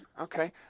okay